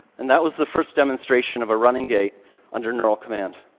and that was the first demonstration of a running gait under neural command.